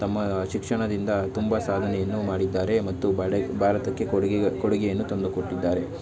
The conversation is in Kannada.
ತಮ್ಮ ಶಿಕ್ಷಣದಿಂದ ತುಂಬ ಸಾಧನೆಯನ್ನು ಮಾಡಿದ್ದಾರೆ ಮತ್ತು ಬಡೆ ಭಾರತಕ್ಕೆ ಕೊಡುಗೆಗಳು ಕೊಡುಗೆಯನ್ನು ತಂದುಕೊಟ್ಟಿದ್ದಾರೆ